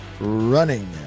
running